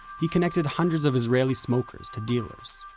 he connected hundred of israeli smok ers to dealers.